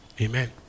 Amen